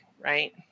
right